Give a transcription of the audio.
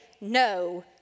no